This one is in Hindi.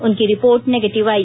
उनकी रिपोर्ट निगेटिव आई